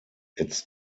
its